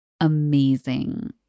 amazing